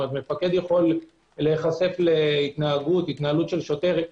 מפקד יכול להיחשף להתנהלות של שוטר,